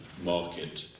market